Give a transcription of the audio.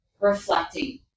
reflecting